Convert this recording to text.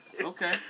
Okay